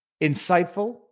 insightful